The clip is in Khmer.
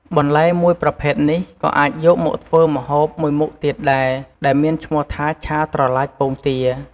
បន្លែមួយប្រភេទនេះក៏៏អាចយកមកធ្វើម្ហូបមួយមុខទៀតដែរ ដែលមានឈ្មោះថាឆាត្រឡាចពងទា។